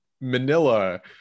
Manila